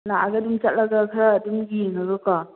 ꯂꯥꯛꯑꯒ ꯑꯗꯨꯝ ꯆꯠꯂꯒ ꯈꯔ ꯑꯗꯨꯝ ꯌꯦꯡꯉꯒꯀꯣ